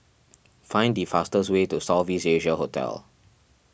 find the fastest way to South East Asia Hotel